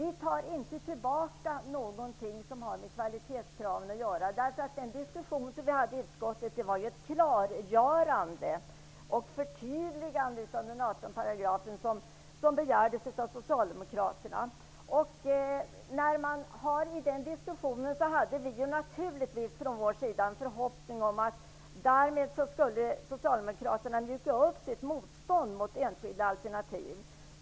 Vi tar inte tillbaka någonting som har med kvalitetskraven att göra. Den diskussion som vi förde i utskottet gällde ju det klargörande och förtydligande av 18 § som begärdes av I den diskussionen hade vi naturligtvis en förhoppning om att Socialdemokraterna skulle mjuka upp sitt motstånd mot enskilda alternativ.